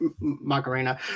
macarena